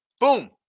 Boom